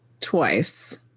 twice